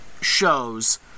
shows